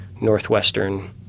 northwestern